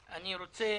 אני רוצה